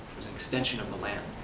extension of the land.